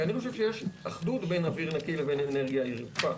כי אני חושב שיש אחדות בין אוויר נקי לבין אנרגיה ירוקה.